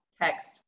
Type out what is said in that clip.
text